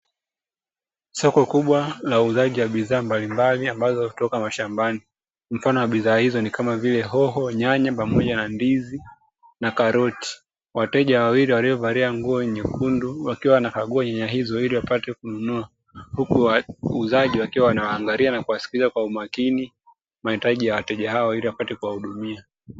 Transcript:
Soko kubwa la uuzaji wa bidhaa mbalimbali ambazo hutoka mashambani, mfano wa bidhaa hizo ni kama vile hoho, nyanya, pamoja na ndizi, na karoti. Wateja wawili waliovalia nguo nyekundu wakiwa wanakagua nyanya hizo ili wapate kununua, huku wauzaji wakiwa wanawaangalia na kuwasikiliza kwa umakini mahitaji ya wateja hao ili wapate kuwahudumia.